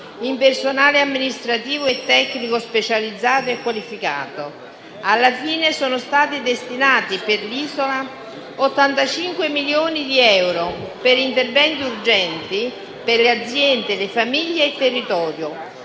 in personale amministrativo e tecnico specializzato e qualificato. Alla fine sono stati destinati per l'isola 85 milioni di euro per interventi urgenti per le aziende, le famiglie e il territorio;